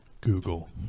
Google